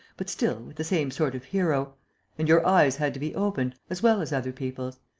but still with the same sort of hero and your eyes had to be opened, as well as other people's.